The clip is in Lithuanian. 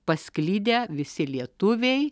pasklidę visi lietuviai